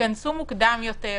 תתכנסו מוקדם יותר.